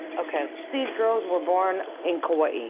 ok. these girls were born in kauai.